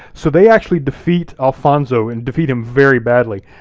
so they actually defeat alfonso, and defeat him very badly,